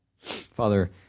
Father